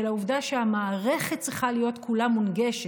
העובדה שהמערכת צריכה להיות כולה מונגשת,